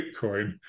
Bitcoin